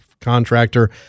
contractor